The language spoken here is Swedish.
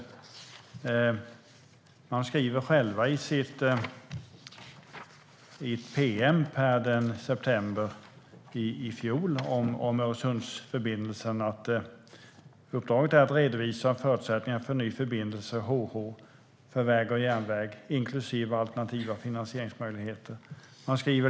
Förhandlarna skriver själva i ett pm från september i fjol om Öresundsförbindelsen att uppdraget är att "redovisa de ekonomiska förutsättningarna för en ny förbindelse HH , inklusive alternativa finansieringsmöjligheter".